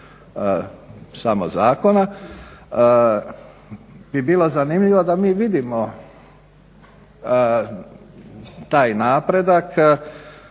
samo zakona bi bilo zanimljivo da mi vidimo taj napredak.